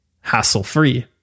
hassle-free